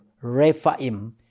Rephaim